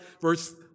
verse